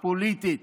הפוליטית,